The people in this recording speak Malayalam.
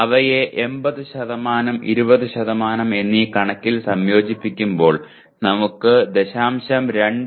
അവയെ 80 20 എന്നീ കണക്കിൽ സംയോജിപ്പിക്കുമ്പോൾ നമുക്ക് 0